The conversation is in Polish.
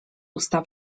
usta